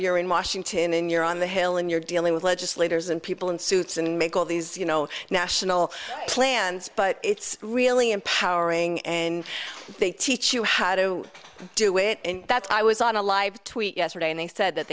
you're in washington and you're on the hill and you're dealing with legislators and people in suits and make all these you know national plans but it's really empowering and they teach you how to do it and that's i was on a live tweet yesterday and they said that